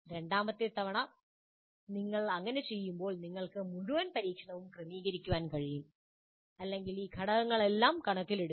രണ്ടാമത്തെ തവണ നിങ്ങൾ അങ്ങനെ ചെയ്യുമ്പോൾ നിങ്ങൾക്ക് മുഴുവൻ പരീക്ഷണവും ക്രമീകരിക്കാൻ കഴിയും അല്ലെങ്കിൽ ഈ ഘടകങ്ങളെല്ലാം കണക്കിലെടുക്കുന്നു